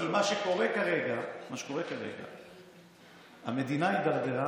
כי מה שקורה כרגע זה שהמדינה הידרדרה